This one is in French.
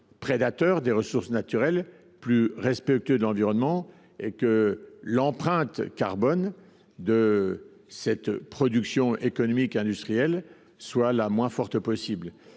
prédateurs de ressources naturelles, plus respectueux de l’environnement, de sorte que l’empreinte carbone de la production économique et industrielle soit la moins forte possible.